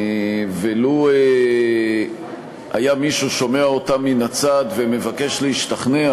ולו שמע אותם מישהו מן הצד וביקש להשתכנע,